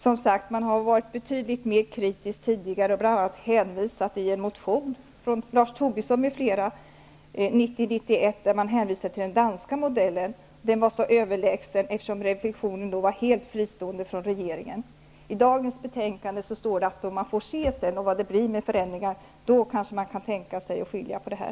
Moderaterna har, som sagt, varit betydligt mera kritiska tidigare och bl.a. i motion 1990/91, av Lars Den sades vara helt överlägsen, eftersom denna verksamhet var helt fristående från regeringen. I dagens betänkande står att man får se vilka förändringar som inträder och att man då kanske kan tänka sig att skilja på det här.